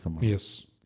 Yes